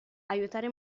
aiutare